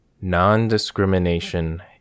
Non-Discrimination